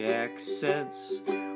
accents